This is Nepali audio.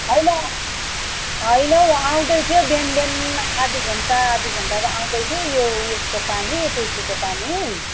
होइन होइन हौ आउँदै थियो बिहान बिहान आधी घन्टा आधी घन्टा त आउँदै थियो यो उइसको पानी पिएचईको पानी